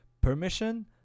Permission